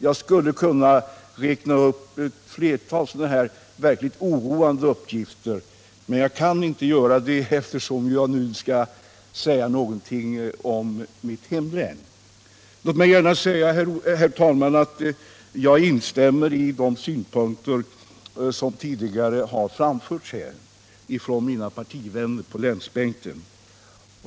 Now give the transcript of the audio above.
Jag skulle kunna räkna upp flera sådana verkligt oroande uppgifter, men jag kan inte göra det eftersom jag nu skall säga någonting om mitt hemlän. Jag instämmer gärna, herr talman, i de synpunkter som tidigare har framförts här av mina partivänner på länsbänken.